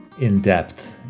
in-depth